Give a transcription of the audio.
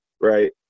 right